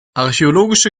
archäologische